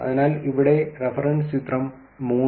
അതിനാൽ ഇവിടെ റഫറൻസ് ചിത്രം 3